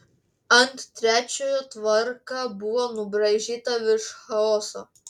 ant trečiojo tvarka buvo nubraižyta virš chaoso